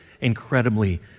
incredibly